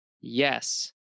Yes